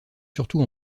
surtout